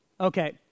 Okay